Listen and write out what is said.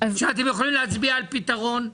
ואתם יכולים להצביע על פתרון?